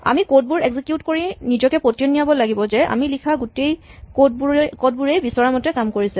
আমি কড বোৰ এক্সিকিউট কৰি নিজকে পতিয়ন নিয়াব লাগিব যে আমি লিখা গোটেই কড বোৰে বিচৰামতে কাম কৰিছে